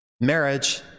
Marriage